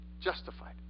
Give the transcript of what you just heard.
Justified